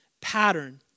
pattern